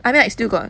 I mean like still got